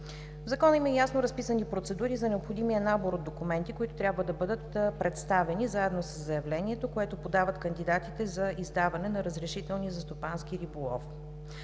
В Закона има ясно разписани процедури за необходимия набор от документи, които трябва да бъдат представени, заедно със заявлението, което подават кандидатите за издаване на разрешителни за стопански риболов.